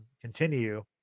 continue